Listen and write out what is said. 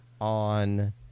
on